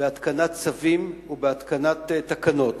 בהתקנת צווים ובהתקנת תקנות.